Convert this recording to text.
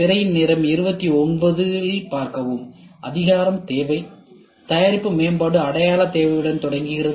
திரையின் நேரம் 2900 இல் பார்க்கவும் அங்கீகாரத்தேவை தயாரிப்பு மேம்பாடு அடையாளத் தேவையுடன் தொடங்குகிறது